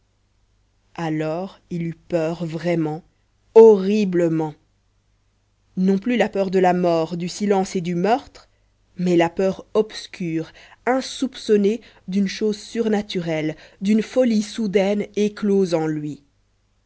alors il eut peur vraiment horriblement non plus la peur de la mort du silence et du meurtre mais la peur obscure insoupçonnée d'une chose surnaturelle d'une folie soudaine éclose en lui